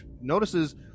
notices